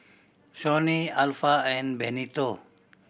Shawnee Alpha and Benito